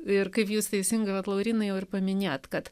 ir kaip jūs teisingai ir laurynai paminėjote kad